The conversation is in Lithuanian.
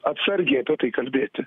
atsargiai apie tai kalbėti